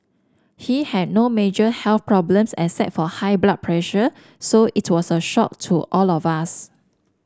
he had no major health problems except for high blood pressure so it was a shock to all of us